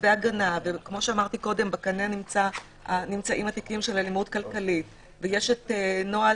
וצווי הגנה ובקנה נמצאים התיקים של אלימות כלכלית ויש נוהל